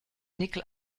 nickel